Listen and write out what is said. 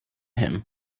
him